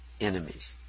enemies